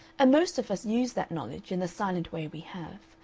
and most of us use that knowledge, in the silent way we have,